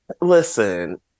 listen